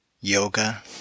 Yoga